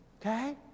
Okay